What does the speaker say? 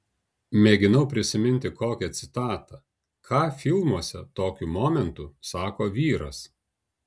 mėginau prisiminti kokią citatą ką filmuose tokiu momentu sako vyras